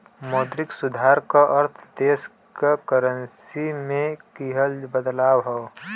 मौद्रिक सुधार क अर्थ देश क करेंसी में किहल बदलाव हौ